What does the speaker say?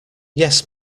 yes